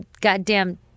goddamn